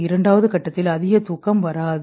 2 வது கட்டத்தில் அதிக தூக்கம் உள்ளது